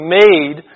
made